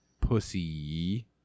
pussy